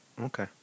Okay